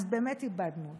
אז באמת איבדנו אותו.